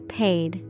paid